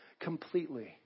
completely